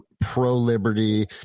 pro-liberty